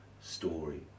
story